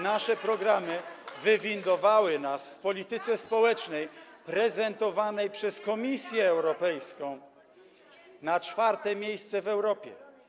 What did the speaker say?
Nasze programy wywindowały nas w polityce społecznej prezentowanej przez Komisję Europejską na czwarte miejsce w Europie.